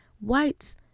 whites